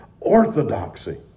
orthodoxy